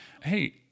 Hey